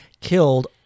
killed